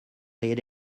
lead